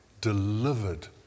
delivered